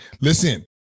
Listen